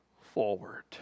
forward